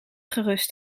gerust